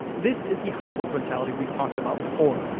this is the hypofrontality we talked about before,